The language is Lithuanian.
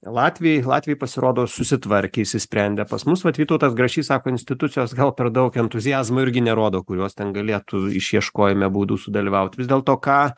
latviai latviai pasirodo susitvarkė išsisprendė pas mus vat vytautas grašys sako institucijos gal per daug entuziazmo irgi nerodo kuriuos ten galėtų išieškojime būdų sudalyvaut vis dėlto ką